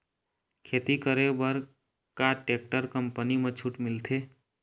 खेती करे बर का टेक्टर कंपनी म छूट मिलथे?